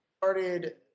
started